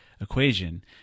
equation